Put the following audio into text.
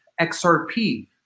XRP